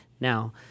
now